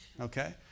Okay